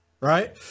right